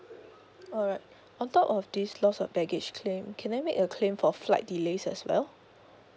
alright on top of this loss of baggage claim can I make a claim for flight delays as well